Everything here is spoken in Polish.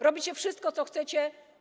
Robicie wszystko, co chcecie.